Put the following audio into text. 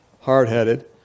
hard-headed